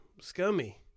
scummy